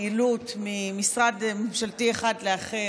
פעילות ממשרד ממשלתי אחד לאחר,